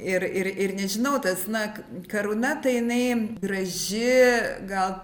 ir ir ir nežinau tas nak karūna tai jinai graži gal